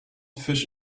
fish